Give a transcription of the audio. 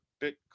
Bitcoin